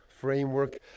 framework